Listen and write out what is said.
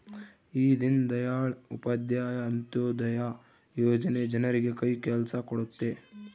ಈ ದೀನ್ ದಯಾಳ್ ಉಪಾಧ್ಯಾಯ ಅಂತ್ಯೋದಯ ಯೋಜನೆ ಜನರಿಗೆ ಕೈ ಕೆಲ್ಸ ಕೊಡುತ್ತೆ